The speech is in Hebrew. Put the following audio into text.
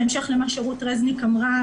בהמשך למה שרות רזניק אמרה,